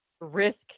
risk